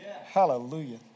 Hallelujah